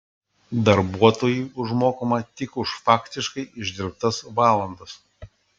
darbuotojui užmokama tik už faktiškai išdirbtas valandas